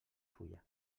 fulla